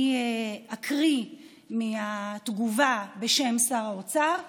אני אקריא מהתגובה בשם שר האוצר,